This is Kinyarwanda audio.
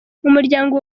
umuryango